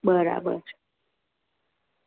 બરાબર છે